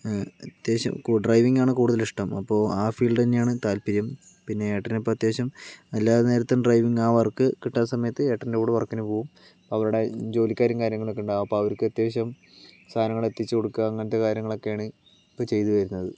അത്യാവശ്യം കു ഡ്രൈവിങ്ങാണ് കൂടുതൽ ഇഷ്ടം അപ്പോൾ ആ ഫീൽഡ് തന്നെയാണ് താല്പര്യം പിന്നെ ഏട്ടന് ഇപ്പം അത്യാവശ്യം എല്ലാ നേരത്തും ഡ്രൈവിംഗ് ആ വർക്ക് കിട്ടാത്ത സമയത്ത് ഏട്ടൻ്റെ കൂടെ വർക്കിന് പോകും അവരുടെ ജോലിക്കാരും കാര്യങ്ങളൊക്കെ ഉണ്ടാകും അപ്പോൾ അവർക്ക് അത്യാവശ്യം സാധനങ്ങൾ എത്തിച്ചു കൊടുക്കുക അങ്ങനത്തെ കാര്യങ്ങളൊക്കെയാണ് ഇപ്പോൾ ചെയ്തുവരുന്നത്